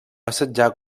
assetjar